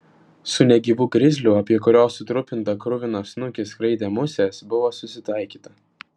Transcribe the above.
su negyvu grizliu apie kurio sutrupintą kruviną snukį skraidė musės buvo susitaikyta